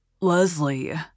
Leslie